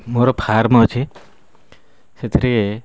ମୋର ଫାର୍ମ ଅଛି ସେଥିରେ